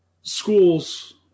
schools